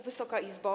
Wysoka Izbo!